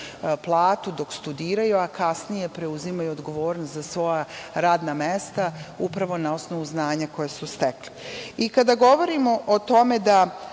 platu dok studiraju, a kasnije preuzimaju odgovornost za svoja radna mesta na osnovu znanja koja su stekli. Kada govorimo o tome da